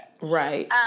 Right